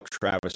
Travis